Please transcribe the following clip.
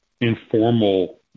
informal